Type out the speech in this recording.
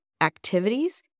activities